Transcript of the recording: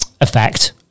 effect